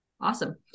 Awesome